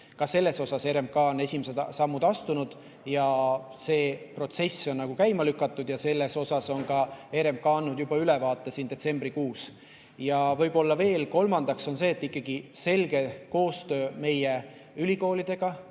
Ka selles on RMK esimesed sammud astunud, see protsess on käima lükatud ja selle kohta on RMK andnud ka ülevaate juba detsembrikuus. Ja võib-olla veel kolmandaks on ikkagi selge koostöö meie ülikoolidega.